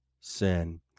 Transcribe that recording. sin